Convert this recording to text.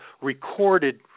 recorded